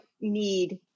need